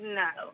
no